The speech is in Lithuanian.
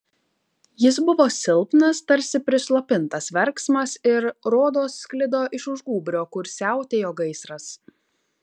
jis buvo silpnas tarsi prislopintas verksmas ir rodos sklido iš už gūbrio kur siautėjo gaisras